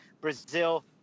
Brazil